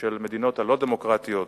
של המדינות הלא-דמוקרטיות,